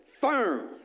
firm